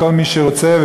וכל מי שרוצה.